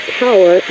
power